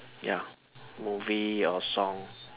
ya movie or song